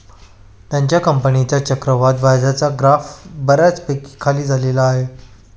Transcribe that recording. त्याच्या कंपनीचा चक्रवाढ व्याजाचा ग्राफ बऱ्यापैकी खाली आलेला आहे